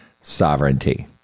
sovereignty